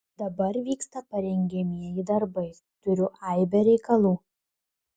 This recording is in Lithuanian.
dabar vyksta parengiamieji darbai turiu aibę reikalų